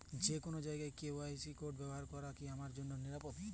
যে কোনো জায়গার কিউ.আর কোড ব্যবহার করা কি আমার জন্য নিরাপদ?